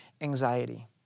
anxiety